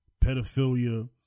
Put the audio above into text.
pedophilia